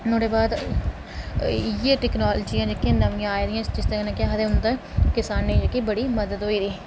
नुहाड़े बाद इ'यै टेक्नोलॉजी जेह्की नमियां आई दियां जिसदे कन्नै केह् आखदे किसानै गी जेह्की बड़ी मदद होई दी